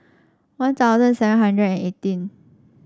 One Thousand seven hundred and eighteen